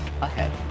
ahead